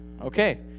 okay